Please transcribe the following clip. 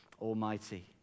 Almighty